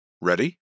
Ready